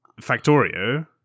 Factorio